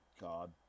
God